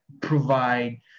provide